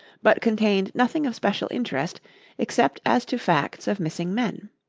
but contained nothing of special interest except as to facts of missing men.